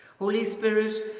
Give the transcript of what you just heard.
holy spirit,